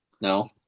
no